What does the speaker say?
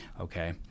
Okay